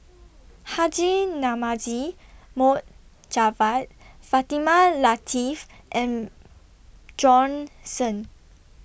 Haji Namazie Mohd Javad Fatimah Lateef and Jon Shen